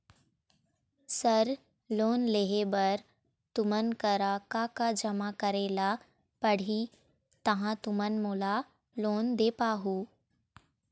Sir loan लेहे बर तुमन करा का का जमा करें ला पड़ही तहाँ तुमन मोला लोन दे पाहुं?